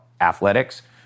athletics